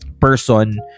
person